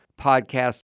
podcast